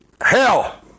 Hell